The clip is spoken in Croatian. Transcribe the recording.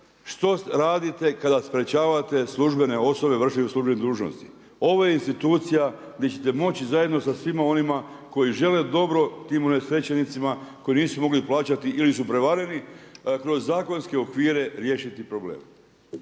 što radite kada sprečavate službene osobe u vršenju službene dužnosti. Ovo je institucija gdje ćete moći zajedno sa svima onima koji žele dobro tim unesrećenicima koji nisu mogli plaćati ili su prevareni kroz zakonske okvire riješiti problem.